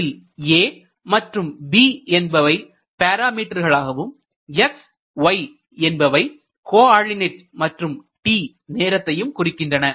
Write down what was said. இதில் a மற்றும் b என்பவை பேராமீட்டர்களாகவும் xy என்பவை கோஆர்டிநெட் மற்றும் t நேரத்தையும் குறிக்கின்றன